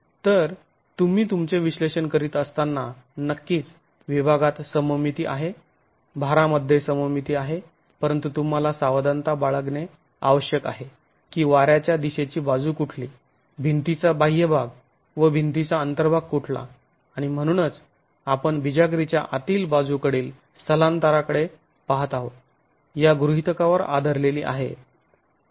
तर तुम्ही तुमचे विश्लेषण करीत असताना नक्कीच विभागात सममिती आहे भारा मध्ये सममिती आहे परंतु तुम्हाला सावधानता बाळगणे आवश्यक आहे कि वाऱ्याच्या दिशेची बाजू कुठली भिंतीचा बाह्यभाग व भिंतीचा अंतर्भाग कुठला आणि म्हणूनच आपण बिजागरीच्या आतील बाजूकडील स्थलांतराकडे पाहत आहोत या गृहितकावर आधारलेली आहे